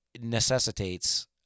necessitates